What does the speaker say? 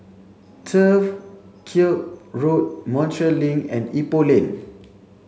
Turf Ciub Road Montreal Link and Ipoh Lane